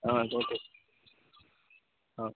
ஆ okay